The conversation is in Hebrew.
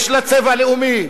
יש לה צבע לאומי,